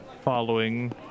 following